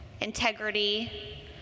integrity